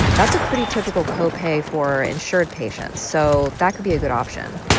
that's a pretty typical copay for insured patients. so that could be a good option.